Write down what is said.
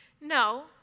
No